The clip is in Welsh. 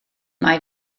mae